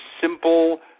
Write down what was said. simple